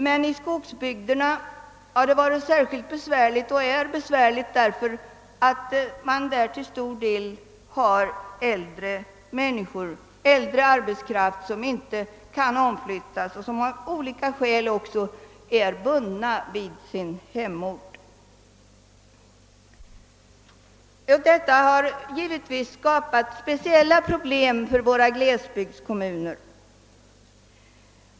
Men i skogsbygderna har det varit och är särskilt besvärligt, därför att man där till stor del har äldre arbetskraft som inte kan omflyttas och som av olika skäl också är bunden vid sin hemort. Detta har skapat speciella problem för våra glesbygdskommuner.